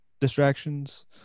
distractions